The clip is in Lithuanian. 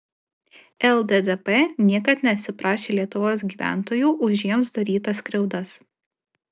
lddp niekad neatsiprašė lietuvos gyventojų už jiems darytas skriaudas